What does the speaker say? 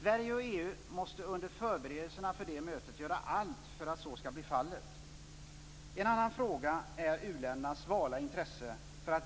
Vi måste göra någonting åt det här. Det krävs radikala åtgärder.